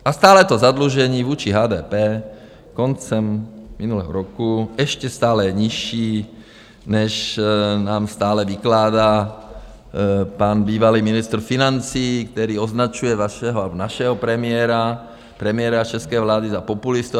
A stále to zadlužení vůči HDP koncem minulého roku ještě stále je nižší, než nám stále vykládá pan bývalý ministr financí, který označuje vašeho, našeho premiéra, premiéra české vlády, za populistu.